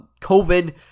COVID